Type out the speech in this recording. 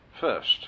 First